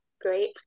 Great